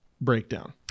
breakdown